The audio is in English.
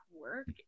work